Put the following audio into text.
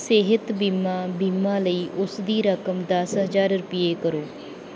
ਸਿਹਤ ਬੀਮਾ ਬੀਮਾ ਲਈ ਉਸਦੀ ਰਕਮ ਦਸ ਹਜ਼ਾਰ ਰੁਪਏ ਕਰੋ